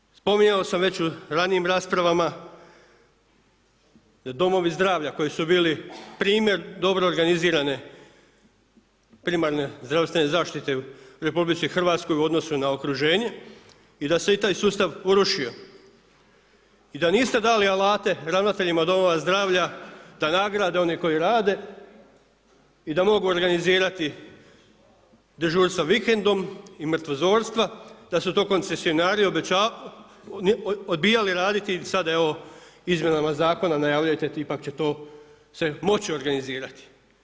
Nismo čuli, spominjao sam već u ranijim raspravama, da domovi zdravlja, koji su bili primjer dobro organizirane primarne zdravstvene zaštite u RH u odnosu na okruženje i da se i taj sustav urušio i da niste dali alate ravnateljima domova zdravlja, da nagrade oni koji rade i da mogu organizirati dežurstva vikendom i mrtvozorstva, da su to koncionari odbijali raditi i sada evo, izmjenama zakon najavljujete, tipa ako će se to moći organizirati.